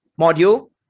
module